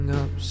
up